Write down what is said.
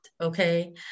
okay